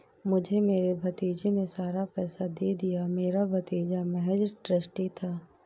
मुझे मेरे भतीजे ने सारा पैसा दे दिया, मेरा भतीजा महज़ ट्रस्टी था